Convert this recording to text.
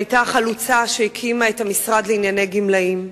שהיתה החלוצה שהקימה את המשרד לענייני גמלאים,